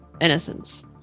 innocence